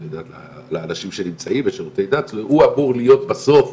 ושירותי דת לאנשים שנמצאים הוא אמור להיות בסדר,